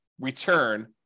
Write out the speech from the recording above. return